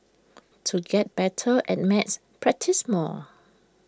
to get better at maths practise more